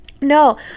no